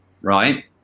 right